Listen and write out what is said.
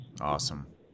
Awesome